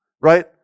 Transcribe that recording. right